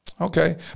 Okay